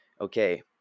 okay